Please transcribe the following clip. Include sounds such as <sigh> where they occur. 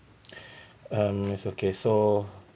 <breath> um it's okay so